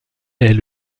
est